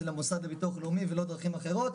במוסד לביטוח לאומי ולא בדרכים אחרות,